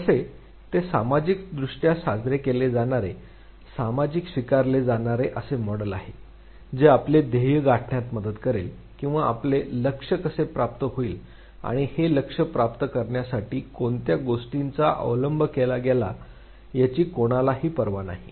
कसे ते सामाजिकदृष्ट्या साजरे केले जाणारे सामाजिक स्वीकारले जाणारे असे मॉडेल आहे जे आपले ध्येय गाठण्यात मदत करेल किंवा आपले लक्ष्य कसे प्राप्त होईल आणि हे लक्ष्य प्राप्त करण्यासाठी कोणत्या गोष्टींचा अवलंब केला गेला याची कोणालाही पर्वा नाही